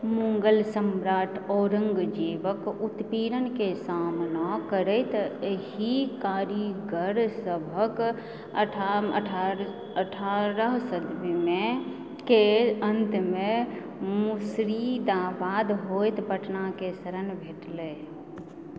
मुगल सम्राट औरङ्गजेबक उत्पीड़नके सामना करैत एहि कारीगरसभके अठारहम सदीके अन्तमे मुर्शिदाबाद होइत पटनाके शरण भेटलै